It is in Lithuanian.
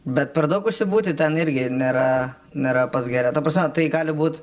bet per daug užsibūti ten irgi nėra nėra pats gera ta prasme tai gali būt